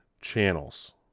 channels